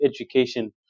education